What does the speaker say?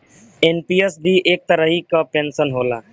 NPS भी एक तरही कअ पेंशन होला